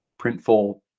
Printful